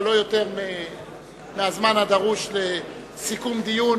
אבל לא יותר מהזמן הדרוש לסיכום דיון,